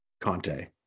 Conte